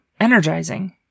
energizing